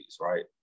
right